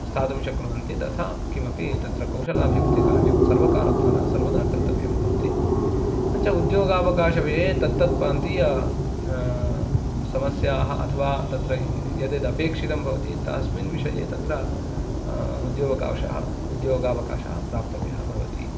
स्थातुं शक्नुवन्ति तथा किमपि तत्र कौशलाभिवृद्धिकार्यं सर्वकारद्वारा सर्वदा कर्तव्यं भवति किञ्च उद्योगावकाशे तत्तत्प्रान्तीय समस्याः अथवा तत्र यद्यदपेक्षितं भवति तस्मिन् विषये तत्र उद्योगावशः उद्योगावकाशः प्राप्तव्यः भवति